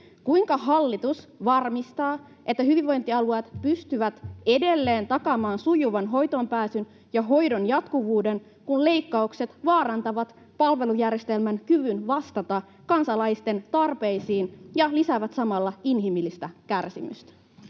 kuinka hallitus varmistaa, että hyvinvointialueet pystyvät edelleen takaamaan sujuvan hoitoonpääsyn ja hoidon jatkuvuuden, kun leikkaukset vaarantavat palvelujärjestelmän kyvyn vastata kansalaisten tarpeisiin ja lisäävät samalla inhimillistä kärsimystä?